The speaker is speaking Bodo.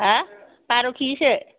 मा बार' केजि सो